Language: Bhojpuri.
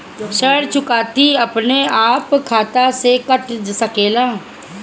ऋण चुकौती अपने आप खाता से कट सकेला?